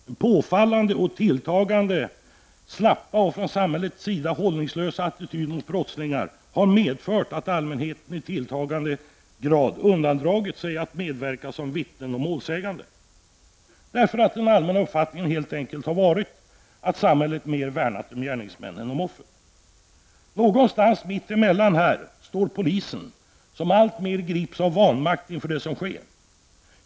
Den påfallande och tilltagande slappa och hållningslösa attityden mot brottslingar från samhällets sida har medfört att allmänheten i ökad grad undandragit sig att medverka som vittnen och målsägande, eftersom den allmänna uppfattningen helt enkelt varit att samhället värnat mer om gärningsmannen än om offret. Någonstans mitt emellan står polisen som alltmer grips av vanmakt inför det som sker.